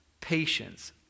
patience